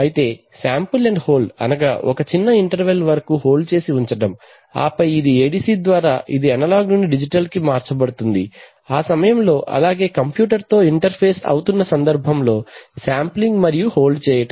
అయితే sample and hold అనగా ఒక చిన్న ఇంటర్వల్ వరకు హోల్డ్ చేసి ఉంచడం ఆపై ఇది ఏడిసి ద్వారా ఇది అనలాగ్ నుండి డిజిటల్ కి మార్చబడుతుంది ఆ సమయంలో అలాగే కంప్యూటర్ తో ఇంటర్ ఫేస్ అవుతున్న సందర్భంలో శాంప్లింగ్ మరియు హోల్డ్ చేయడం